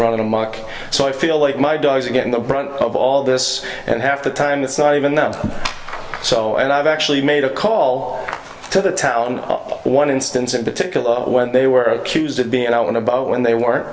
running amok so i feel like my dogs are getting the brunt of all this and half the time it's not even that so and i've actually made a call to the tower one instance in particular when they were accused of being and i want to but when they weren't